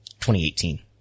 2018